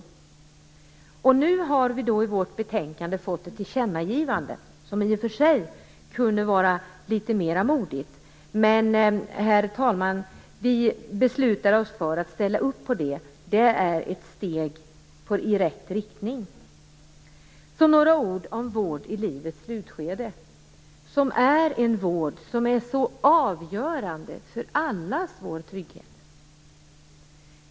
Nu har vi genom detta betänkande lyckats få igenom att riksdagen skall göra ett tillkännagivande som i och för sig kunde vara litet mera modigt, men, herr talman, vi ställer oss bakom det. Det är ett steg i rätt riktning. Så några ord om vård i livets slutskede. Det är en vård som är avgörande för allas vår trygghet.